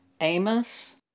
Amos